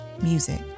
music